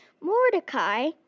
Mordecai